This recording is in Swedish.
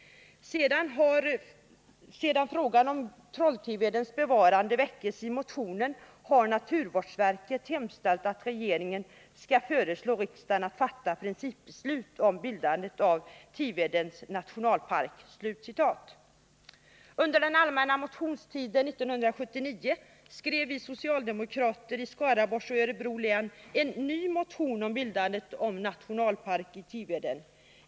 Sedan frågan om Trolltivens bevarande väcktes i motionen har naturvårdsverket hemställt att regeringen skall föreslå riksdagen att fatta principbeslut om bildandet av Tivedens nationalpark.” Under den allmänna motionstiden 1979 skrev vi socialdemokrater i Skaraborgs och Örebro län en ny motion om bildande av nationalpark i Tiveden.